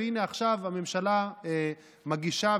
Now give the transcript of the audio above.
והינה עכשיו הממשלה מגישה,